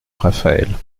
raphaëlle